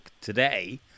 today